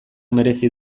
merezi